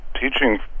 teaching